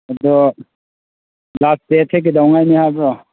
ꯑꯗꯣ ꯂꯥꯁ ꯗꯦꯠꯁꯦ ꯀꯩꯗꯧꯉꯩꯅꯤ ꯍꯥꯏꯕ꯭ꯔꯣ